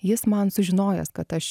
jis man sužinojęs kad aš